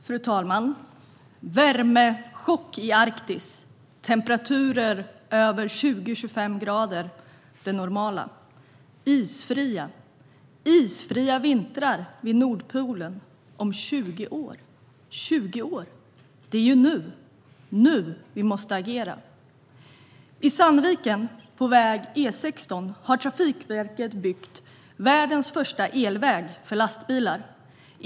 Fru talman! Värmechock i Arktis - temperaturer på 20-25 grader över det normala. Isfria vintrar vid Nordpolen om 20 år. 20 år - det är ju nu. Det är nu vi måste agera. I Sandviken på väg E16 har Trafikverket byggt världens första elväg för lastbilar.